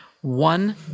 one